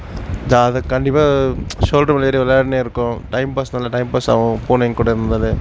ஜா அது கண்டிப்பாக ஷோல்டர் மேலே ஏறி விளையாண்டுன்னே இருக்கும் டைம் பாஸ் நல்ல டைம் பாஸ் ஆகும் பூனைங்கூட இருந்தது